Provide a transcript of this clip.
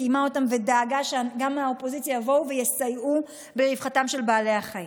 קיימה אותם ודאגה שגם מהאופוזיציה יבואו ויסייעו ברווחתם של בעלי החיים.